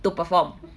to perform